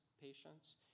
patients